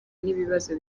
n’ibibazo